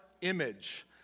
image